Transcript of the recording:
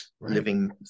living